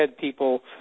people